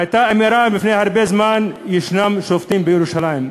הייתה אמירה, לפני הרבה זמן: יש שופטים בירושלים.